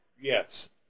Yes